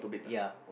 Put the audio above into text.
ya